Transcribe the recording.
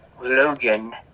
Logan